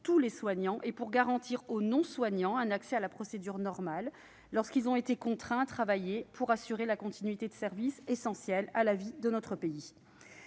tous les soignants et pour garantir aux non-soignants un accès à la procédure normale lorsqu'ils ont été contraints de travailler pour assurer la continuité de services essentiels à la vie de notre pays.